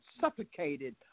suffocated